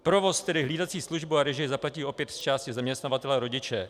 Provoz, tedy hlídací službu a režie, zaplatí opět zčásti zaměstnavatelé a rodiče.